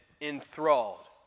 enthralled